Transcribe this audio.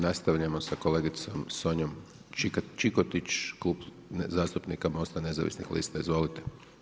Nastavljamo sa kolegicom Sonjom Čikotić, Klub zastupnika MOST-a nezavisnih lista, izvolite.